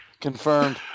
Confirmed